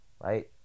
Right